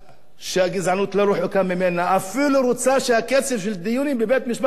שהגזענות לא רחוקה ממנה אפילו רוצה שהקצב של הדיונים בבית-משפט העליון,